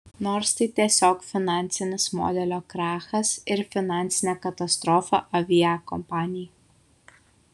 nors tai tiesiog finansinis modelio krachas ir finansinė katastrofa aviakompanijai